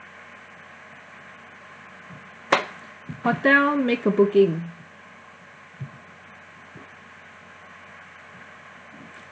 hotel make a booking